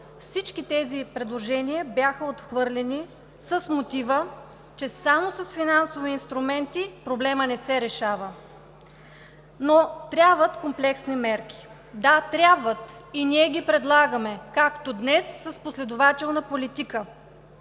всички тези предложения бяха отхвърлени с мотива, че само с финансови инструменти проблемът не се решава, но трябват комплексни мерки. Да, трябват, и ние ги предлагаме, както днес – с последователна политика.